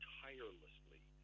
tirelessly